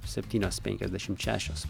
septynios penkiasdešimt šešios